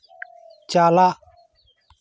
ᱪᱟᱞᱟᱜ